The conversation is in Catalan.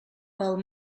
pel